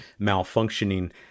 malfunctioning